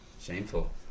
Shameful